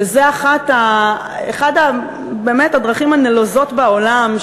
שזה באמת אחת הדרכים הנלוזות בעולם,